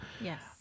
yes